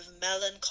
melancholy